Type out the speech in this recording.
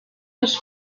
des